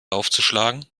aufzuschlagen